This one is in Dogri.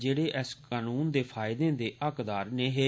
जेहड़े इस कानून दे फायदे दे हकदार नेंई हे